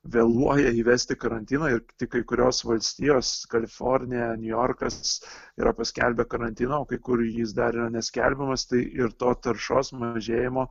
vėluoja įvesti karantiną ir tik kai kurios valstijos kalifornija niujorkas yra paskelbę karantiną o kai kur jis dar yra neskelbiamas tai ir to taršos mažėjimo